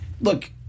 look